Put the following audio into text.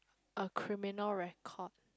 a criminal record